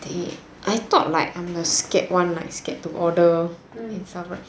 they I thought like I'm the scared one like scared to order